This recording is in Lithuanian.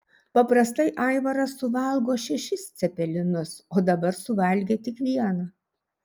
paprastai aivaras suvalgo šešis cepelinus dabar suvalgė tik vieną